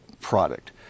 product